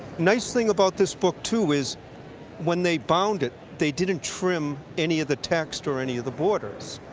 nice thing about this book, too, is when they bound it, they didn't trim any of the text or any of the borders.